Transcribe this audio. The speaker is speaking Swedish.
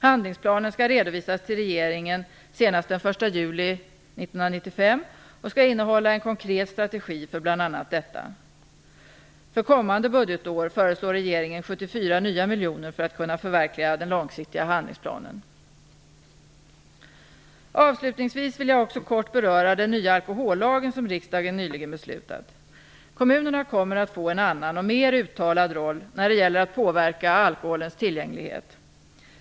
Handlingsplanen skall redovisas till regeringen senast den 1 juli 1995 och skall innehålla en konkret strategi för bl.a. detta. För kommande budgetår föreslår regeringen 74 nya miljoner för att kunna förverkliga den långsiktiga handlingsplanen. Avslutningsvis vill jag också kort beröra den nya alkohollagen, som riksdagen nyligen beslutat. Kommunerna kommer att få en annan och mer uttalad roll när det gäller att påverka alkoholens tillgänglighet.